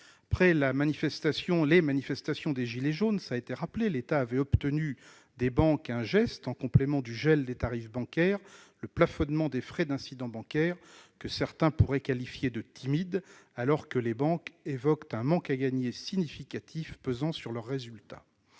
Après les manifestations des « gilets jaunes », l'État a obtenu des banques, en complément du gel des tarifs, le plafonnement des frais d'incident, geste que certains pourraient qualifier de timide, alors que les banques évoquent un manque à gagner significatif qui pèse sur leurs résultats.